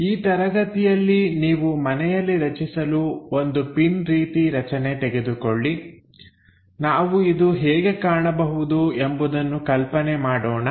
ಈ ತರಗತಿಯಲ್ಲಿ ನೀವು ಮನೆಯಲ್ಲಿ ರಚಿಸಲು ಒಂದು ಪಿನ್ ರೀತಿ ರಚನೆ ತೆಗೆದುಕೊಳ್ಳಿ ನಾವು ಇದು ಹೇಗೆ ಕಾಣಬಹುದು ಎಂಬುದನ್ನು ಕಲ್ಪನೆ ಮಾಡೋಣ